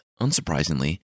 unsurprisingly